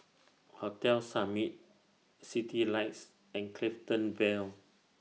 Hotel Summit Citylights and Clifton Vale